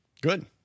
good